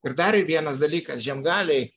ir dar vienas dalykas žiemgaliai